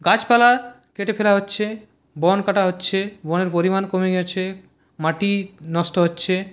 গাছপালা কেটে ফেলা হচ্ছে বন কাটা হচ্ছে বনের পরিমাণ কমে গেছে মাটি নষ্ট হচ্ছে